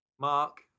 Mark